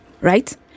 right